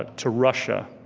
ah to russia.